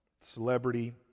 celebrity